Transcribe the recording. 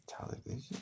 television